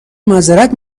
معذرت